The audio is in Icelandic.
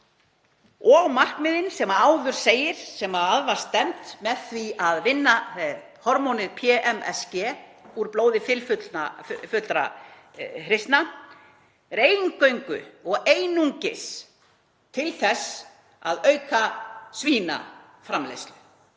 Og markmiðið, sem áður segir, sem að var stefnt með því að vinna hormónið PMSG úr blóði fylfullra hryssna, er eingöngu og einungis að auka svínakjötsframleiðslu